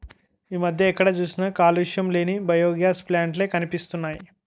ఈ మధ్య ఎక్కడ చూసినా కాలుష్యం లేని బయోగాస్ ప్లాంట్ లే కనిపిస్తున్నాయ్